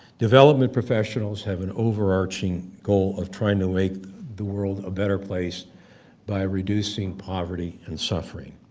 development professionals have an overarching goal of trying to make the world a better place by reducing poverty and suffering.